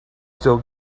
still